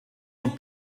und